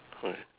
okay